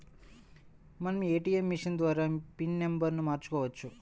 మనం ATM machine ద్వారా pin నెంబర్ను మార్చుకోవచ్చు